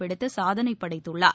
பிடித்து சாதனைப் படைத்துள்ளார்